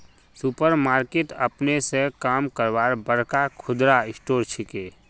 super market अपने स काम करवार बड़का खुदरा स्टोर छिके